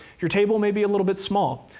your table may be a little bit small.